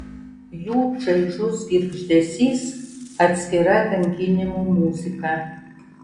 jų čaižus girgždesys atskira kankinimų muzika